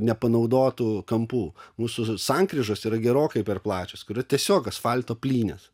nepanaudotų kampų mūsų sankryžos yra gerokai per plačios kur yra tiesiog asfalto plynės